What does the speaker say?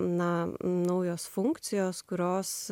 na naujos funkcijos kurios